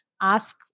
ask